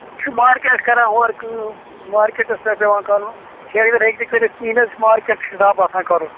یہِ چھُ مارکیٹ کَران ہورٕ کٲم مارکیٹَس پٮ۪ٹھ پٮ۪وان کَرُن ٹھیٚکہٕ دَر ہیٚکہِ نہٕ کٔرِتھ کِہیٖنۍ حظ مارکیٹ حِساب آسان کَرُن